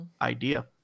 idea